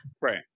Right